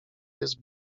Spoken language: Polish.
jest